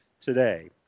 today